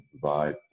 provide